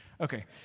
Okay